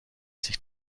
sich